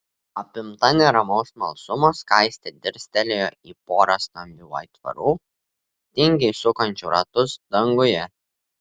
apimta neramaus smalsumo skaistė dirstelėjo į porą stambių aitvarų tingiai sukančių ratus danguje